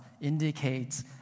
indicates